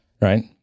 Right